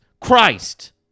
Christ